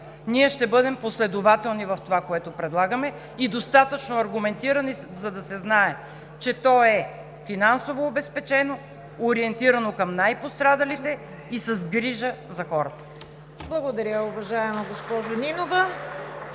Ние ще бъдем последователни в това, което предлагаме, и достатъчно аргументирани, за да се знае, че то е финансово обезпечено, ориентирано към най-пострадалите и с грижа за хората. (Ръкопляскания от „БСП